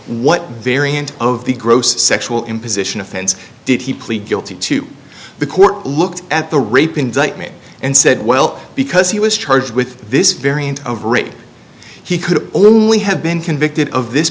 what variant of the gross sexual imposition offense did he plead guilty to the court looked at the raping me and said well because he was charged with this variant of rape he could only have been convicted of this